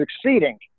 succeeding